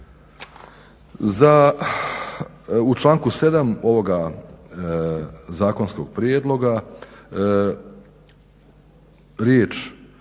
U članku 7.ovoga zakonskog prijedloga ravnatelj